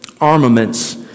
armaments